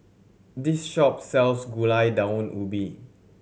this shop sells Gulai Daun Ubi